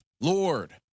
Lord